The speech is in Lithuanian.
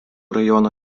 rajono